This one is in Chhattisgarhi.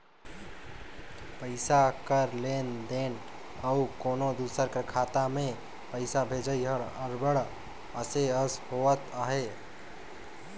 पइसा कर लेन देन अउ कोनो दूसर कर खाता में पइसा भेजई हर अब्बड़ असे अस होवत अहे